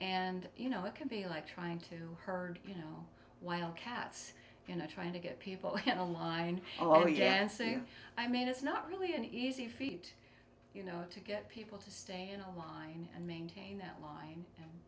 and you know it can be like trying to herd you know wild cats you know trying to get people on line dancing i mean it's not really an easy feat you know to get people to stay in a line and maintain that line